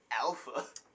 alpha